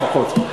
שפחות.